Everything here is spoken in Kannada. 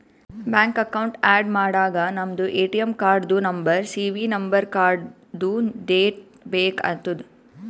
ಬ್ಯಾಂಕ್ ಅಕೌಂಟ್ ಆ್ಯಡ್ ಮಾಡಾಗ ನಮ್ದು ಎ.ಟಿ.ಎಮ್ ಕಾರ್ಡ್ದು ನಂಬರ್ ಸಿ.ವಿ ನಂಬರ್ ಕಾರ್ಡ್ದು ಡೇಟ್ ಬೇಕ್ ಆತದ್